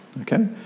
okay